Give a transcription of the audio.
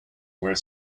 were